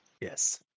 Yes